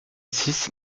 six